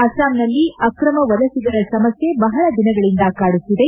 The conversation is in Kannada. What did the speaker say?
ಅಸ್ತಾಂನಲ್ಲಿ ಅಕ್ಷಮ ವಲಸಿಗರ ಸಮಸ್ತೆ ಬಹಳ ದಿನಗಳಿಂದ ಕಾಡುತ್ತಿದೆ